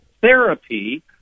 therapy